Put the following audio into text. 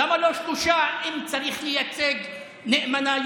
למה לא שלושה אם צריך לייצג נאמנה,